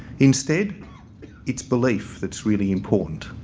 instead its belief that's really important,